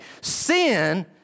Sin